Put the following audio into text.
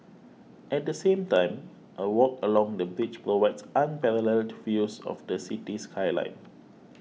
at the same time a walk along the bridge provides unparalleled views of the city skyline